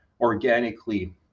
organically